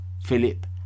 Philip